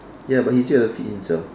ya but he still has to feed himself